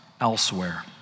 elsewhere